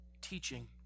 teaching